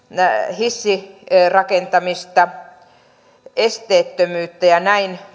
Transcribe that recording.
hissirakentamista esteettömyyttä ja näin